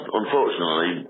unfortunately